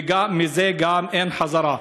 ומזה גם אין חזרה.